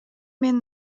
мен